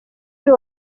uyu